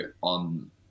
on